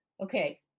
Okay